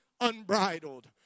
unbridled